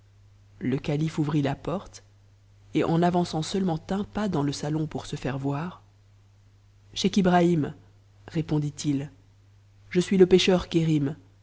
le calife ouvrit la porte et en avançant seulement un j g le salon pour se faire voir scheich ibrahim répondit-il je je pécheur kërim